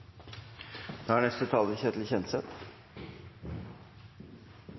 Då er